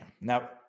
Now